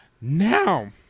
Now